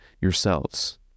yourselves